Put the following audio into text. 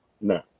No